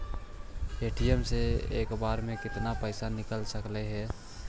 ATM से एक बार मे केतना पैसा निकल सकले हे?